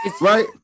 Right